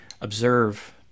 observe